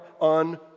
on